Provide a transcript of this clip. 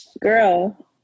Girl